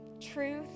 truth